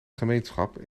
gemeenschap